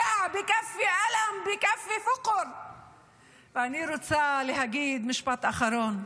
אני רוצה להגיד משפט אחרון.